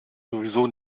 sowieso